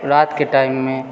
रातिके टाइममे